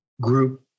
group